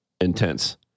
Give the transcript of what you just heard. intense